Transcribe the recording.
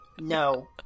No